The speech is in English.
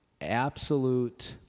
absolute